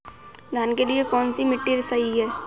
धान के लिए कौन सी मिट्टी सही है?